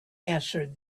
answered